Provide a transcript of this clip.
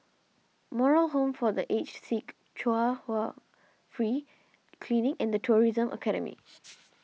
Moral Home for the Aged Sick Chung Hwa Free Clinic and the Tourism Academy